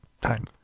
time